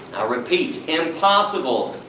i'll repeat, impossible,